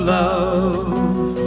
love